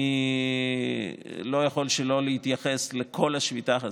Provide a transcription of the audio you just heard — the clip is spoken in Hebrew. אני לא יכול שלא להתייחס לכל השביתה הזאת.